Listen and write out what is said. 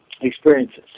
experiences